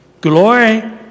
Glory